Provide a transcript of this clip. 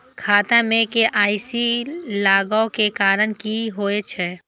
खाता मे के.वाई.सी लागै के कारण की होय छै?